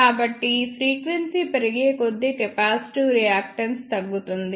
కాబట్టి ఫ్రీక్వెన్సీ పెరిగేకొద్దీ capacitive reactance తగ్గుతుంది